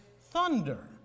thunder